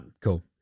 cool